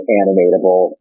animatable